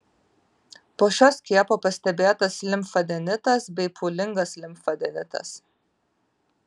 po šio skiepo pastebėtas limfadenitas bei pūlingas limfadenitas